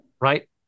right